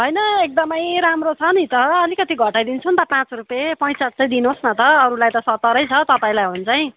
होइन एकदमै राम्रो छ नि त अलिकति घटाइ दिन्छु नि त पाँच रुपियाँ पैँसाट्ठी चाहिँ दिनुहोस् न त अरूलाई त सत्तरै छ तपाईँलाई हो भने चाहिँ